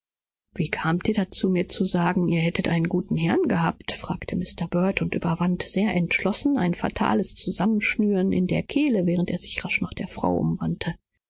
wie kamst du dazu mir zu sagen daß du einen guten herrn gehabt habest rief plötzlich mr bird indem er gewaltsam etwas hinunter schluckte was ihm in der kehle aufstieg und sich plötzlich nach der frau umwandte